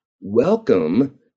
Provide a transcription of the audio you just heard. welcome